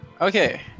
Okay